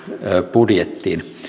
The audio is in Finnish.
budjettiin